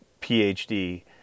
PhD